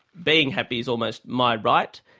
being happy is almost my right.